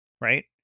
right